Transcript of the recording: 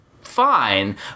fine